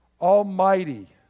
Almighty